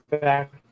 back